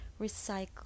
recycle